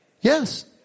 Yes